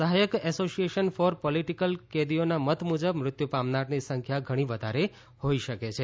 સહાયક association for political કેદીઓના મત મુજબ મૃત્યુ પામનારની સંખ્યા ઘણી વધારે હોઈ શકે છે